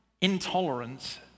intolerance